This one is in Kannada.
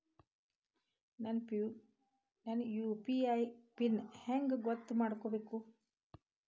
ನನ್ನ ಯು.ಪಿ.ಐ ಪಿನ್ ಹೆಂಗ್ ಗೊತ್ತ ಮಾಡ್ಕೋಬೇಕು?